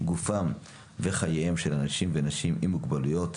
גופם וחייהם של אנשים ונשים עם מוגבלויות,